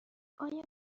آیا